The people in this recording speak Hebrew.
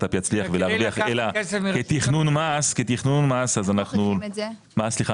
אפ יצליח ולהרוויח אלא תכנון מס -- איך מוכיחים את זה?